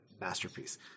masterpiece